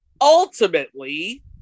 ultimately